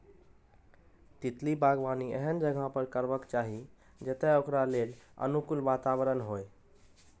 तितली बागबानी एहन जगह पर करबाक चाही, जतय ओकरा लेल अनुकूल वातावरण होइ